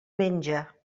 menja